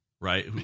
right